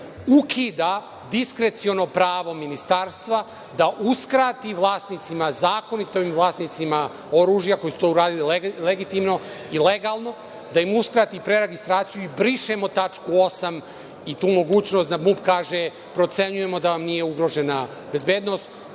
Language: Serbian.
ukida diskreciono pravo Ministarstva da uskrati vlasnicima, zakonitim vlasnicima oružja koji su to uradili legitimno i legalno, da im uskrati preregistraciju i brišemo tačku 8) i tu mogućnost da MUP kaže – procenjujemo da vam nije ugrožena bezbednost,